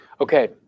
Okay